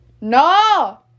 No